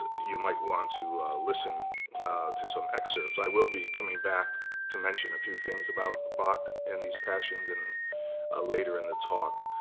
you might want to listen to some excerpts. i will be coming back to mention a few things about bach and these passions and ah later in the talk.